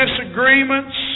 disagreements